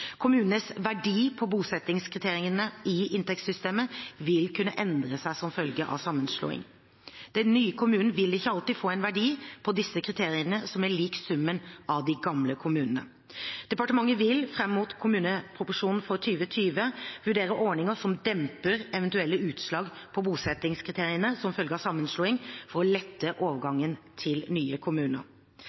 Kommunenes verdi på bosettingskriteriene i inntektssystemet vil kunne endre seg som følge av en sammenslåing. Den nye kommunen vil ikke alltid få en verdi på disse kriteriene som er lik summen av de gamle kommunene. Departementet vil fram mot kommuneproposisjonen for 2020 vurdere ordninger som demper eventuelle utslag på bosettingskriteriene som følge av sammenslåing, for å lette overgangen til nye kommuner.